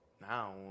Now